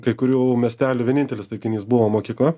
kai kurių miestelių vienintelis taikinys buvo mokykla